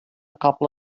couple